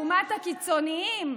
לעומת הקיצונים,